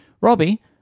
Robbie